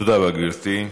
תודה רבה, גברתי.